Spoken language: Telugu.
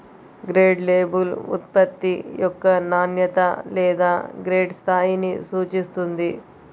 గ్రేడ్ లేబుల్ ఉత్పత్తి యొక్క నాణ్యత లేదా గ్రేడ్ స్థాయిని సూచిస్తుంది